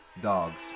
dogs